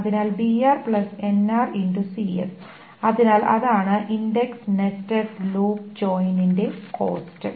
അതിനാൽ അതിനാൽ അതാണ് ഇൻഡക്സ്ഡ് നെസ്റ്റഡ് ലൂപ്പ് ജോയിൻ ന്റെ കോസ്റ്റ്